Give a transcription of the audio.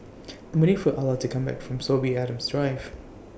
I'm waiting For Ala to Come Back from Sorby Adams Drive